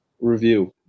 review